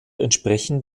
entsprechen